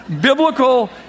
biblical